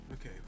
Okay